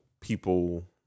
people